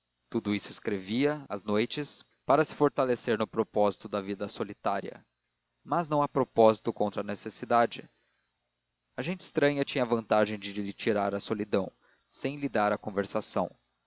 tudo isso escrevia às noites para se fortalecer no propósito da vida solitária mas não há propósito contra a necessidade a gente estranha tinha a vantagem de lhe tirar a solidão sem lhe dar a conversação